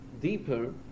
deeper